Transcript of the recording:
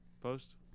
post